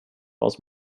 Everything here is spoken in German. aus